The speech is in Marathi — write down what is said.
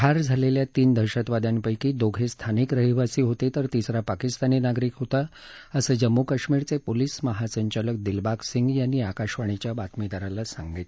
ठार झालेल्या तीन दहशतवाद्यांपैकी दोघे स्थानिक रहिवासी होते तर तिसरा पाकिस्तानी नागरिक होता असं जम्म् काश्मीरचे पोलीस महासंचालक दिलबाग सिंग यांनी आकाशवाणीच्या बातमीदाराला सांगितलं